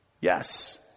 Yes